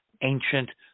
ancient